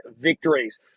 victories